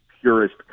purest